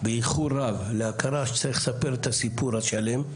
באיחור רב להכרה שצריך לספר את הסיפור השלם.